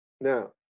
Now